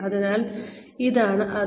അതിനാൽ ഇതാണ് അത്